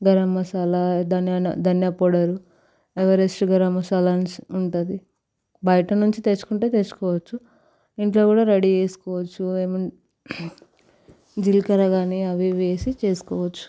గరం మసాల ధనియాల ధనియా powder Everest garam masalas ఉంటుంది బయట నుంచి తెచ్చుకుంటే తెచ్చుకోవచ్చు ఇంట్లో కూడా రెడీ చేసుకోవచ్చు ఏముంది జీలకర్ర కాని అవి ఇవి వేసి చేసుకోవచ్చు